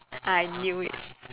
I knew it